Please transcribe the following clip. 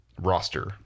roster